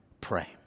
pray